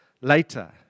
later